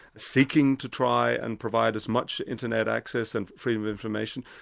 seeking to try and provide as much internet access and freedom of information,